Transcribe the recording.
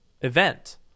event